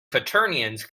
quaternions